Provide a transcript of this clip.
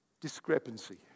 discrepancy